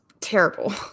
terrible